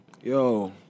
Yo